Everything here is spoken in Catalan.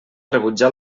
rebutjar